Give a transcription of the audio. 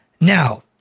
Now